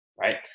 right